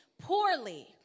poorly